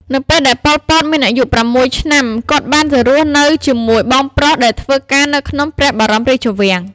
នៅពេលដែល ប៉ុល ពត មានអាយុ៦ឆ្នាំ គាត់បានទៅរស់នៅជាមួយបងប្រុសដែលធ្វើការនៅក្នុងព្រះបរមរាជវាំង។